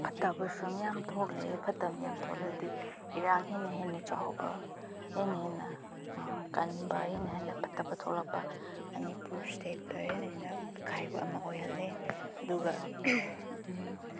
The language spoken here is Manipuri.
ꯐꯠꯇꯕꯁꯨ ꯌꯥꯝ ꯊꯣꯛꯂꯦ ꯐꯠꯇꯕ ꯃꯌꯥꯝ ꯊꯣꯛꯂꯗꯤ ꯏꯔꯥꯡ ꯍꯦꯟꯅ ꯍꯦꯟꯅ ꯆꯥꯎꯕ ꯍꯦꯟꯅ ꯍꯦꯟꯅ ꯀꯟꯕ ꯍꯦꯟꯅ ꯍꯦꯟꯅ ꯐꯠꯇꯕ ꯊꯣꯛꯂꯛꯄ ꯃꯅꯤꯄꯨꯔ ꯏꯁꯇꯦꯠꯇ ꯍꯦꯟꯅ ꯍꯦꯟꯅ ꯑꯀꯥꯏꯕ ꯑꯃ ꯑꯣꯏꯍꯜꯂꯦ ꯑꯗꯨꯒ